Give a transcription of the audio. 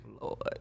Lord